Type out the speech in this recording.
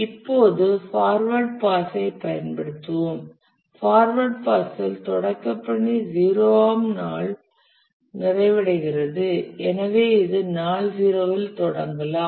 இப்போது ஃபார்வர்ட் பாஸைப் பயன்படுத்துவோம் ஃபார்வர்ட் பாஸில் தொடக்க பணி 0 ஆம் நாள் நிறைவடைகிறது எனவே இது நாள் 0 இல் தொடங்கலாம்